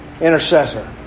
Intercessor